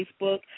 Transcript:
Facebook